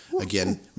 again